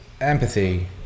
empathy